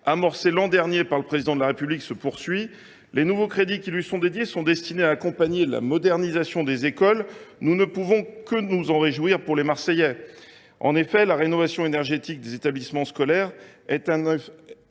amorcé l’an dernier par le Président de la République, se poursuit. Les nouveaux crédits qui lui sont dédiés sont destinés à accompagner la modernisation des écoles, ce dont nous ne pouvons que nous réjouir pour les Marseillais. En effet, la rénovation énergétique des établissements scolaires constitue un